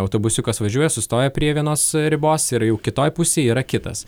autobusiukas važiuoja sustoja prie vienos ribos ir jau kitoj pusėj yra kitas